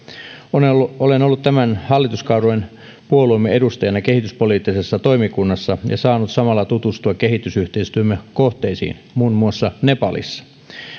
olen ollut tämän hallituskauden puolueemme edustajana kehityspoliittisessa toimikunnassa ja saanut samalla tutustua kehitysyhteistyömme kohteisiin muun muassa nepalissa